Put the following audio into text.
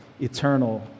eternal